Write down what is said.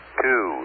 two